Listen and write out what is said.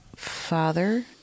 Father